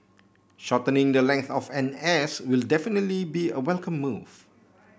shortening the length of N S will definitely be a welcome move